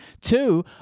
Two